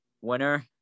winner